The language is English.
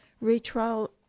retrial